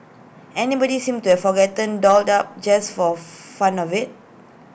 anybody seemed to have forgotten dolled up just for fun of IT